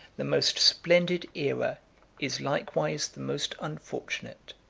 the most splendid aera is likewise the most unfortunate